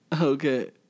Okay